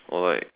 or like